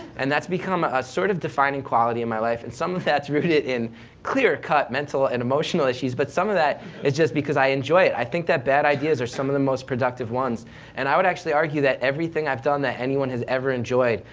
and that's become a sort of defining quality in my life, and some of that's rooted in clear cut mental and emotional issues, but some of that is just because i enjoy it. i think that bad ideas are some of the most productive ones and i would actually argue that everything i've done that anyone has ever enjoyed,